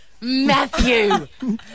Matthew